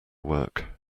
work